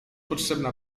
potrzebna